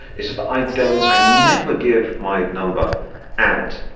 it's just i don't. i never give my number out.